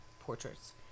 portraits